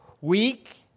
weak